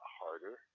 harder